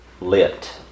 lit